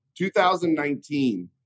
2019